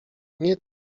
nie